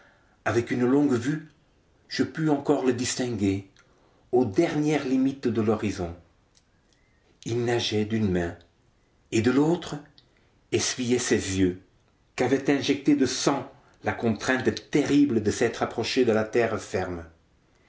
avec une longue-vue je pus encore le distinguer aux dernières limites de l'horizon il nageait d'une main et de l'autre essuyait ses yeux qu'avait injectés de sang la contrainte terrible de s'être approché de la terre ferme